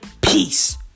peace